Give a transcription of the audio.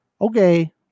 okay